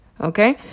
Okay